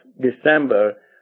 December